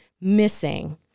missing